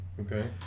Okay